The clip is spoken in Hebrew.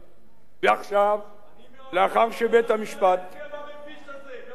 מעולם לא בירכתי.